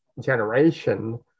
generation